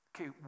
okay